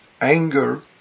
anger